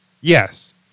yes